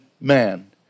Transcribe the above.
man